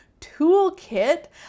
toolkit